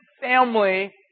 family